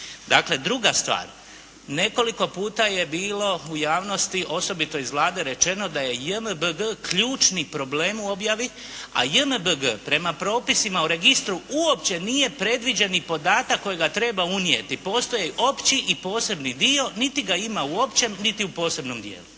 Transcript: Dakle, druga stvar. Nekoliko puta je bilo u javnosti osobito iz Vlade rečeno da je JMBG ključni problem u objavi a JMBG prema propisima o registru uopće nije predviđeni podatak kojeg treba unijeti, postoje opći i posebni dio. Niti ga ima u općem niti u posebnom dijelu.